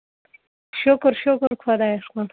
شُکُر شُکُر خۄدایَس کُن